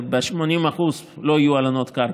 ב-80% לא יהיו הלנות קרקע.